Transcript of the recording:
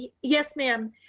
yeah yes, ma'am